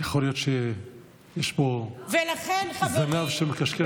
יכול להיות שיש פה זנב שמכשכש בכלב.